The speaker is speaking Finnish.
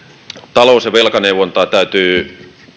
talous ja velkaneuvontaan täytyy